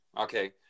Okay